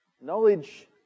Knowledge